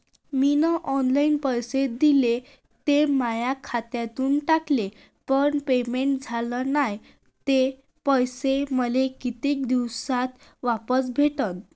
मीन online पैसे दिले, ते माया खात्यातून कटले, पण पेमेंट झाल नायं, ते पैसे मले कितीक दिवसात वापस भेटन?